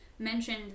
Mentioned